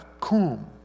cum